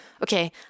okay